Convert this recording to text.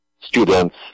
students